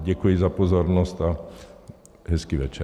Děkuji za pozornost a hezký večer.